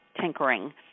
tinkering